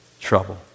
trouble